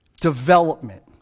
development